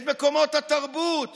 את מקומות התרבות